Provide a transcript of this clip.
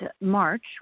March